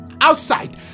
outside